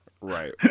Right